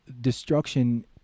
destruction